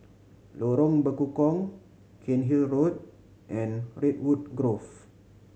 Lorong Bekukong Cairnhill Road and Redwood Grove